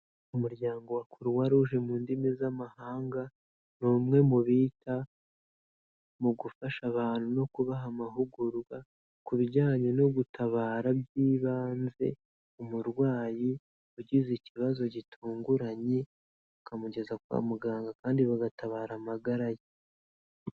Umuryango wa croix rouge mu ndimi z'amahanga ni umwe mubita mu gufasha abantu no kubaha amahugurwa ku bijyanye no gutabara by'ibanze umurwayi ugize ikibazo gitunguranye, bakamugeza kwa muganga kandi bagatabara amagara ye.